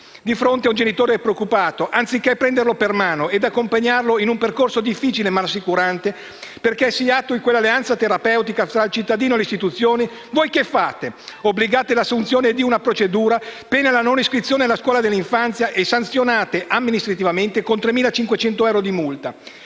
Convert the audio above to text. Di fronte a un genitore preoccupato, anziché prenderlo per mano e accompagnarlo in un percorso difficile ma rassicurante, perché si attui quell'alleanza terapeutica tra il cittadino e le istituzioni, voi che fate? Obbligate all'assunzione di una procedura, pena la non iscrizione alla scuola dell'infanzia e sanzionate amministrativamente con 3.500 euro di multa,